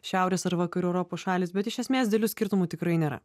šiaurės ar vakarų europos šalys bet iš esmės didelių skirtumų tikrai nėra